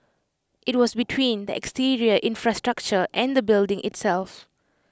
IT was between the exterior infrastructure and the building itself